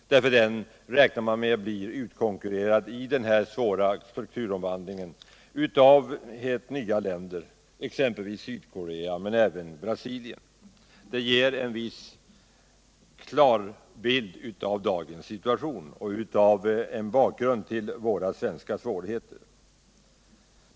Man räknade nämligen med att denna industri i den svåra strukturomvandlingen skulle bli utkonkurrerad av helt nya länder, exempelvis Sydkorea, men även av Brasilien. Det ger en klar bild av dagens situation och en bakgrund till svårigheterna i Sverige.